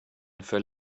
fell